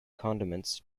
condiments